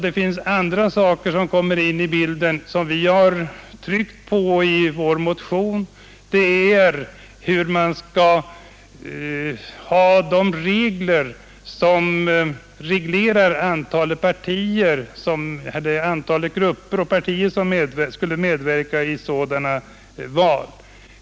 Det finns andra saker som kommer in i bilden och som vi tryckt på i vår motion, bl.a. hur de bestämmelser skall utformas som reglerar antalet grupper och partier som skulle medverka i sådana val.